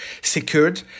secured